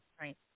right